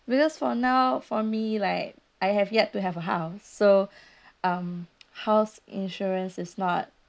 because for now for me like I have yet to have a house so um house insurance is not